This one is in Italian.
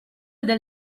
del